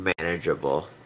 manageable